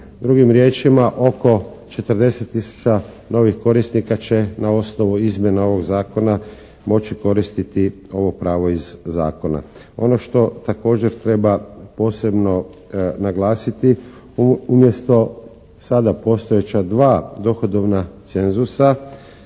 Drugim riječima, oko 40 tisuća novih korisnika će na osnovu izmjena ovog zakona moći koristiti ovo pravo iz zakona. Ono što također treba posebno naglasiti umjesto sada postojeća dva dohodovna cenzusa